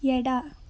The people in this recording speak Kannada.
ಎಡ